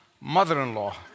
mother-in-law